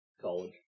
college